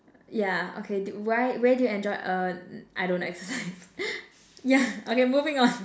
yeah okay did why where did you enjoy uh I don't exercise yeah okay moving on